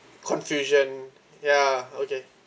confusion ya okay